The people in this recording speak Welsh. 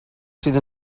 sydd